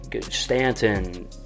Stanton